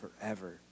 forever